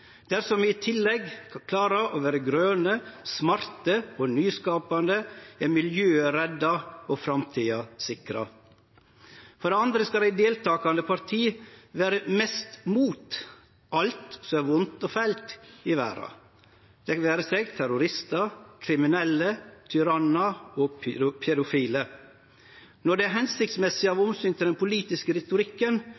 Dersom vi i tillegg klarer å vere grøne, smarte og nyskapande, er miljøet redda og framtida sikra. For det andre: Dei deltakande partia skal vere mest mot alt som er vondt og fælt i verda, det vere seg terroristar, kriminelle, tyrannar eller pedofile. Når det er hensiktsmessig av